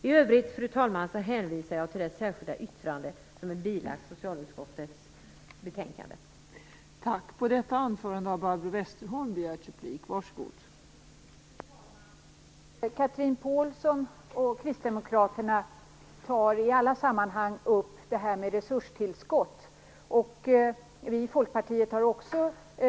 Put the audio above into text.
I övrigt, fru talman, hänvisar jag till det särskilda yttrande som är bilagt socialutskottets betänkande.